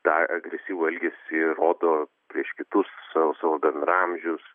tą agresyvų elgesį rodo prieš kitus sa savo bendraamžius